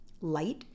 light